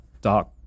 dark